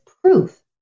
proof